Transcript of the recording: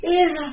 Era